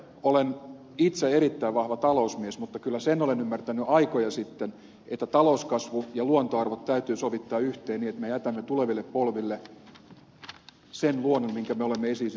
olen itse erittäin vahva talousmies mutta kyllä sen olen ymmärtänyt aikoja sitten että talouskasvu ja luontoarvot täytyy sovittaa yhteen niin että me jätämme tuleville polville sen luonnon minkä me olemme esi isiltämme perineet